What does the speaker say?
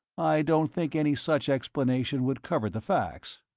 i don't think any such explanation would cover the facts.